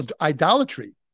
idolatry